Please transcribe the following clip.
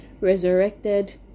resurrected